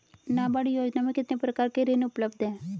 नाबार्ड योजना में कितने प्रकार के ऋण उपलब्ध हैं?